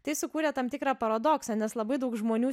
tai sukūrė tam tikrą paradoksą nes labai daug žmonių